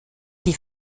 die